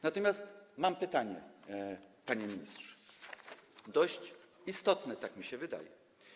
Natomiast mam pytanie, panie ministrze, dość istotne, tak mi się wydaje.